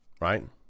Right